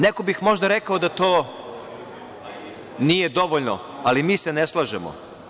Neko bi možda rekao da to nije dovoljno, ali mi se ne slažemo.